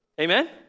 Amen